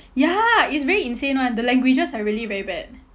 ya it's very insane [one] the languages are really very bad